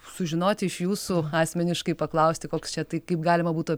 sužinot iš jūsų asmeniškai paklausti koks čia tai kaip galima būtų